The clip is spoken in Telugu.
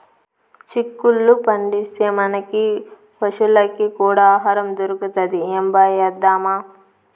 చిక్కుళ్ళు పండిస్తే, మనకీ పశులకీ కూడా ఆహారం దొరుకుతది ఏంబా ఏద్దామా